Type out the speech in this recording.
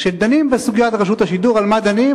כשדנים בסוגיית רשות השידור, על מה דנים?